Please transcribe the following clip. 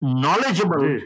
knowledgeable